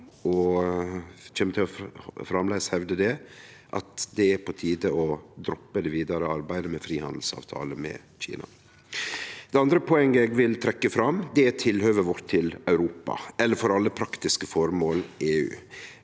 framleis til å hevde at det er på tide å droppe det vidare arbeidet med frihandelsavtale med Kina. Det andre poenget eg vil trekkje fram, er tilhøvet vårt til Europa, eller for alle praktiske føremål, EU.